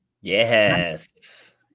Yes